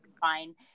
fine